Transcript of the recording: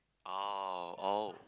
oh oh